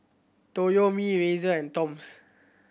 Toyomi Razer and Toms